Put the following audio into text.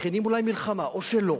מכינים אולי מלחמה, או שלא.